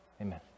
Amen